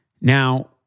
Now